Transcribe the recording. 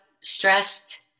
stressed